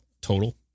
total